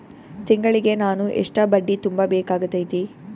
ತಿಂಗಳಿಗೆ ನಾನು ಎಷ್ಟ ಬಡ್ಡಿ ತುಂಬಾ ಬೇಕಾಗತೈತಿ?